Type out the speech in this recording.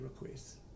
requests